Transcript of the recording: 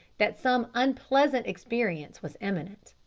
that some unpleasant experience was imminent.